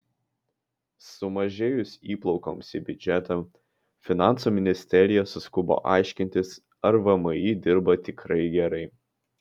sumažėjus įplaukoms į biudžetą finansų ministerija suskubo aiškintis ar vmi dirba tikrai gerai